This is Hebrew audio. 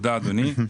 תודה אדוני.